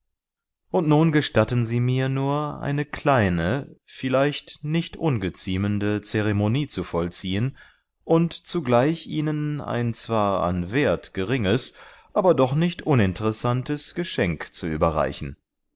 und nun gestatten sie mir nur eine kleine vielleicht nicht ungeziemende zeremonie zu vollziehen und zugleich ihnen ein zwar an wert geringes aber doch nicht uninteressantes geschenk zu überreichen